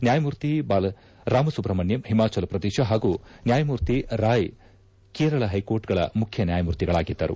ನ್ಯಾಯಮೂರ್ತಿ ರಾಮಸುಬ್ರಪ್ಟಣ್ಯಂ ಹಿಮಾಚಲ ಪ್ರದೇಶ ಪಾಗೂ ನ್ಕಾಯಾಮೂರ್ತಿ ರಾಯ್ ಕೇರಳ ಹೈಕೋರ್ಟ್ಗಳ ಮುಖ್ಯ ನ್ಕಾಯಮೂರ್ತಿಗಳಾಗಿದ್ದರು